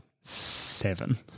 Seven